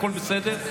הכול בסדר.